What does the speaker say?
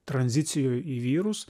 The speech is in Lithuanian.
tranzicijoj į vyrus